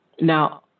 Now